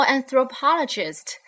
Anthropologist